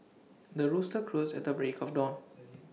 the rooster crows at the break of dawn